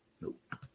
nope